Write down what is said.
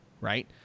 Right